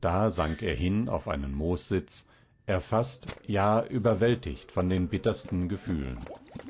da sank er hin auf einen moossitz erfaßt ja überwältigt von den bittersten gefühlen